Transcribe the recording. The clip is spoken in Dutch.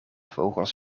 vogels